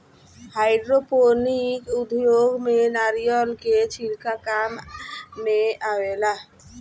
hydroponic उद्योग में नारिलय के छिलका काम मेआवेला